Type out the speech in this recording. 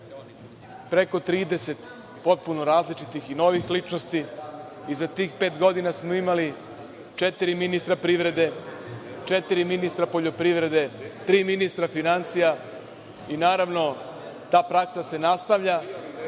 Preko 30 potpuno novih i različitih ličnosti i za tih pet godina smo imali četiri ministra privrede, četiri ministra poljoprivrede, tri ministra finansija i, naravno, ta praksa se nastavlja,